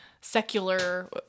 secular